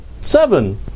seven